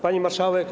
Pani Marszałek!